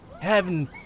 Heaven